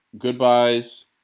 goodbyes